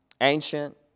Ancient